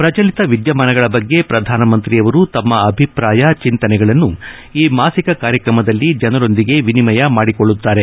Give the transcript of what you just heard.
ಪ್ರಚಲಿತ ವಿಧ್ಯಮಾನಗಳ ಬಗ್ಗೆ ಪ್ರಧಾನಮಂತ್ರಿಯವರು ತಮ್ಮ ಅಭಿಪ್ರಾಯ ಚಿಂತನೆಗಳನ್ನು ಈ ಮಾಸಿಕ ಕಾರ್ಯಕ್ರಮದಲ್ಲಿ ಜನರೊಂದಿಗೆ ವಿನಿಮಯ ಮಾಡಿಕೊಳ್ಳುತ್ತಾರೆ